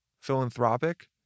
philanthropic